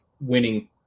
winning